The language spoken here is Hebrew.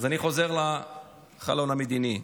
אני חוזר לחלון המדיני: